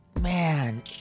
man